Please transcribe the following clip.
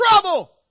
trouble